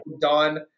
done